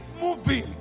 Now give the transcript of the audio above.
moving